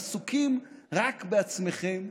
עסוקים רק בעצמכם.